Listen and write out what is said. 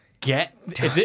Get